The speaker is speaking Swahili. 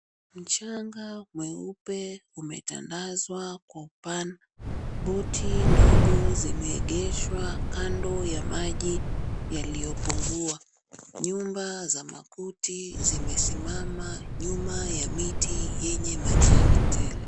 Mchanga mweupe umetandazwa kwa upana. Boti ndogo zimeegeshwa kando ya maji yaliopungua. Nyumba za makuti zimesimama nyuma ya miti yenye majani tele.